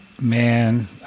Man